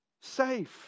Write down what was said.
safe